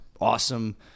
awesome